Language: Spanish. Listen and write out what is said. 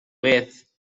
vez